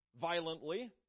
violently